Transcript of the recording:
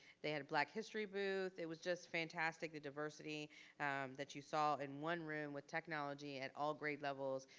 they had a black history booth, it was just fantastic. the diversity that you saw in one room with technology at all grade levels,